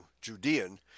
Judean